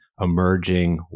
emerging